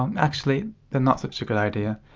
um actually they're not such a good idea.